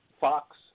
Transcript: Fox